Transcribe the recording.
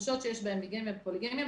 בקשות שיש בהן ביגמיה או פוליגמיה,